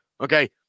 Okay